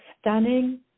stunning